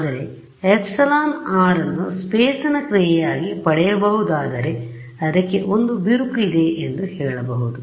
ಆದರೆ εr ಅನ್ನು ಸ್ಪೇಸ್ ನ ಕ್ರಿಯೆಯಾಗಿ ಪಡೆಯಬಹುದಾದರೆ ಅದಕ್ಕೆ ಒಂದು ಬಿರುಕು ಇದೆ ಎಂದು ಹೇಳ ಬಹುದು